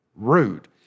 rude